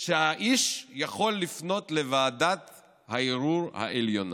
שהאיש יכול לפנות לוועדת הערעור העליונה.